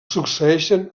succeeixen